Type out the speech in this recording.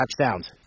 touchdowns